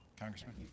Congressman